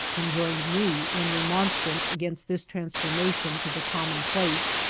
and joined me in remonstrance against this transformation to the commonplace,